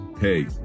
Hey